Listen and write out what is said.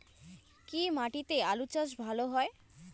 কি মাটিতে আলু চাষ ভালো হয়?